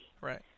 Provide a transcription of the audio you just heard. Right